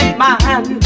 man